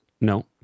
No